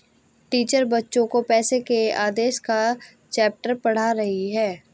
teacher बच्चो को पैसे के आदेश का चैप्टर पढ़ा रही हैं